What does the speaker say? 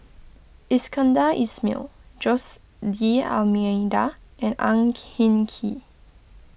Iskandar Ismail Jose D'Almeida and Ang Hin Kee